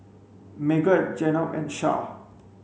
Megat Jenab and Shah